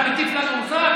אתה מטיף לנו מוסר?